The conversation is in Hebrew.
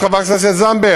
איך אומרת חברת הכנסת זנדברג?